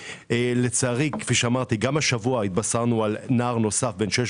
לצערי כאמור גם השבוע התבשרנו על נער נוסף בן 16